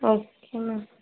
okay ma'am